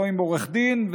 לא עם עורך דין,